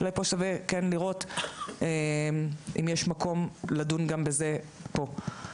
אולי שווה פה לראות אם יש מקום לדון גם בזה פה.